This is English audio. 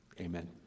amen